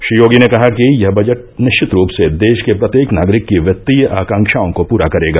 श्री योगी ने कहा कि यह बजट निश्चित रूप से देश के प्रत्येक नागरिक की वित्तीय आकांक्षाओं को पूरा करेगा